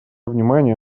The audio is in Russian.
внимание